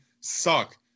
suck